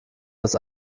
das